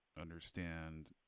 understand